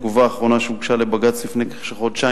התגובה האחרונה שהוגשה לבג"ץ לפני כחודשיים,